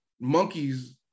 monkeys